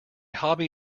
hobby